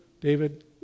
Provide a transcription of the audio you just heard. David